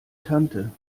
tante